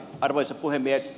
arvoisa puhemies